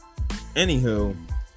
Anywho